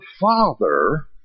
Father